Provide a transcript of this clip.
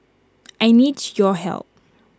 I needs your help